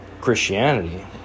Christianity